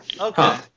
Okay